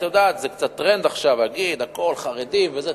את יודעת שזה טרנד להגיד עכשיו שהכול לחרדים וזה.